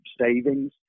savings